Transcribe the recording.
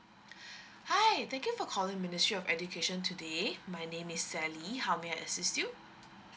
hi thank you for calling ministry of education today my name is sally how may I assist you